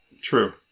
True